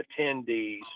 attendees